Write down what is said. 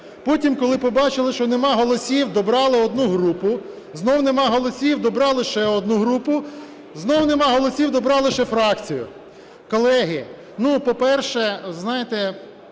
Потім, коли побачили, що немає голосів, добрали одну групу. Знову немає голосів, добрали ще одну групу. Знову немає голосів, добрали ще фракцію. Колеги, ну, по-перше, знаєте,